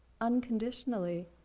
unconditionally